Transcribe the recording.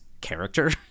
character